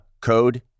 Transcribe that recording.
code